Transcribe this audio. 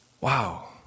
Wow